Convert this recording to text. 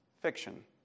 Fiction